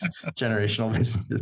Generational